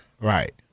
Right